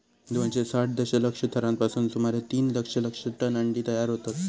दोनशे साठ दशलक्ष थरांपासून सुमारे तीन दशलक्ष टन अंडी तयार होतत